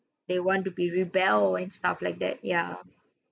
they want to be rebel and stuff like that ya